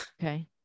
okay